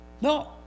No